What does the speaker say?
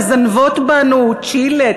מזנבות בנו צ'ילה,